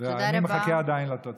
ואני עדיין מחכה לתוצאה.